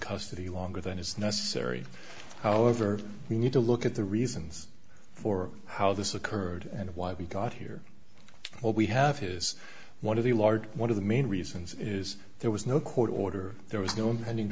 custody longer than is necessary however we need to look at the reasons for how this occurred and why we got here what we have is one of the large one of the main reasons is there was no court order there was no